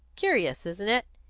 curious, isn't it?